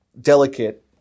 delicate